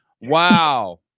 Wow